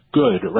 good